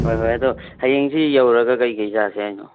ꯍꯣꯏ ꯍꯣꯏ ꯑꯗꯣ ꯍꯌꯦꯡꯖꯤ ꯌꯧꯔꯒ ꯀꯩ ꯀꯩ ꯆꯥꯁꯤ ꯍꯥꯏꯅꯣ